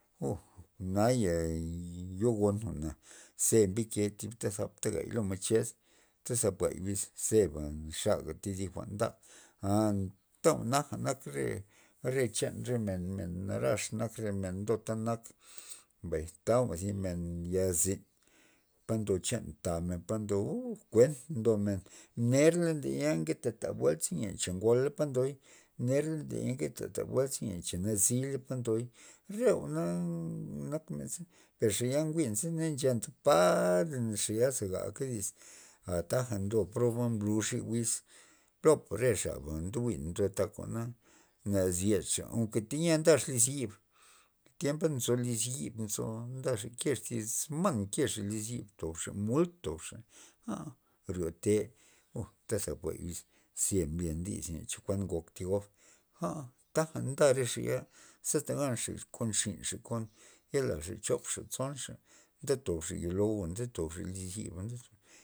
Oo naya yo gon jwa'na ze mbike thi sap gay lo mached tyz sap gay wiz xega saga thi wiz jwa'n da anta jwa'na nak re- re chan re- re men narax nak re men ndota nak mbay taga thi men yazin pa ndo chan tamen pa ndomen uuu kuent ndomen ner ndeya nketeta buel len cha ngola pa ndoy ner le nketa buel len cha nazile po ndoy re jwa'na nak men za per xaya njwi'n za na nchenta pa xaya gaga dis ataja ndo proba blux ye wiz plopa re xaba ndo jwi'n ndotak jwa'na na zyedxa tayia nda liz xib tiemp nzo liz xib nzo ndaxa kexa esman nkexa liz xib ntobxa mul ndobxa aa ryo te o zap tap wiz ze mbyen dis chokuan ngok thi gob a taja nda rexa xe taganxa re kon xinxa kon yelaxa chop xa tson xa nda tobxa yolo'u ndetobxa liz xiba ndetobxa.